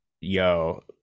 yo